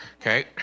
okay